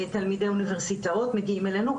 תלמידי אוניברסיטאות מגיעים אלינו,